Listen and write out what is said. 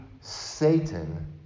Satan